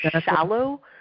shallow